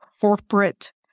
corporate